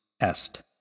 est